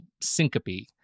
syncope